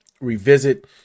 revisit